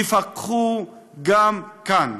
ייפקחו גם כאן.